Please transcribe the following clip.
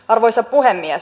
arvoisa puhemies